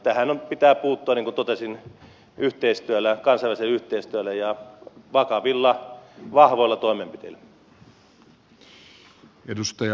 tähän pitää puuttua niin kuin totesin kansainvälisellä yhteistyöllä ja vakavilla vahvoilla toimenpiteillä